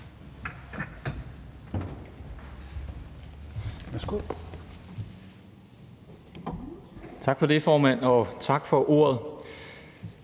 Tak for det, formand. Også tak til både